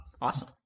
awesome